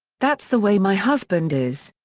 that's the way my husband is.